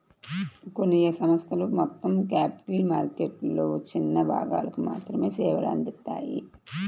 కొన్ని సంస్థలు మొత్తం క్యాపిటల్ మార్కెట్లలో చిన్న భాగాలకు మాత్రమే సేవలు అందిత్తాయి